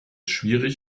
schwierig